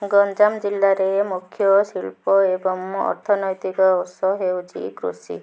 ଗଞ୍ଜାମ ଜିଲ୍ଲାରେ ମୁଖ୍ୟ ଶିଳ୍ପ ଏବଂ ଅର୍ଥନୈତିକ ଉତ୍ସ ହେଉଛି କୃଷି